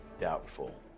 Doubtful